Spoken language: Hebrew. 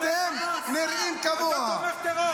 אתה תומך טרור.